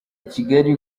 ikigali